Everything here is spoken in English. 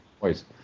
voice